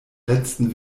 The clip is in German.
letzten